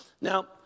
Now